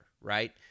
right